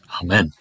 Amen